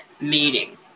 meeting